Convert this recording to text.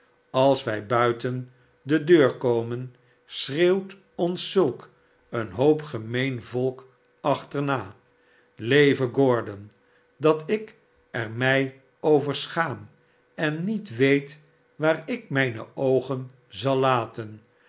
als wij buiten de deur komen schreeuwt ons zulk een hoop gemeen volk achterna leve gordon dat ik er mij over schaam en niet weet waar ik mijne oogen zal laten